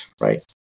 right